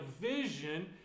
vision